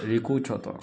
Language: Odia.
ରିକୁ ଛତର୍